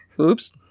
Oops